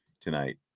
tonight